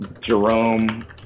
Jerome